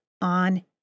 on